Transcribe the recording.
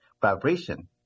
vibration